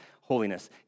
holiness